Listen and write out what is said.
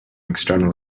external